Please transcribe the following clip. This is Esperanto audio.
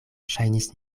ŝajnis